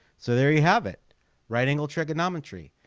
so there you have it right angle trigonometry.